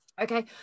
okay